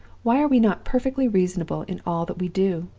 why are we not perfectly reasonable in all that we do?